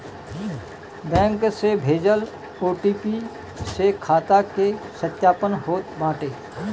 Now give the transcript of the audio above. bank से भेजल OTP से खाता के सत्यापन होत बाटे